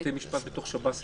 בבתי משפט, בתוך שב"ס אפשר.